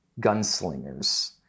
gunslingers